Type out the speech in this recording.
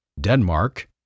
Denmark